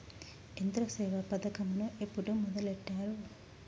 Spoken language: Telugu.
యంత్రసేవ పథకమును ఎప్పుడు మొదలెట్టారు?